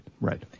right